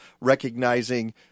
recognizing